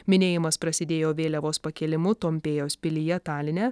minėjimas prasidėjo vėliavos pakėlimu tompėjos pilyje taline